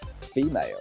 female